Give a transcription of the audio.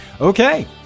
Okay